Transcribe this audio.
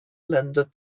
länder